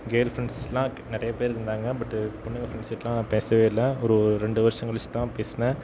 girl ஃப்ரெண்ட்ஸெலாம் நிறைய பேர் இருந்தாங்க பட் பொண்ணுங்க ஃப்ரெண்ட்ஸ்கிட்டலாம் நான் பேசவே இல்லை ஒரு ரெண்டு வருஷம் கழிச்சு தான் பேசினேன்